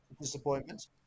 disappointment